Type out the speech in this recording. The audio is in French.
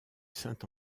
saint